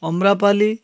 Amrapali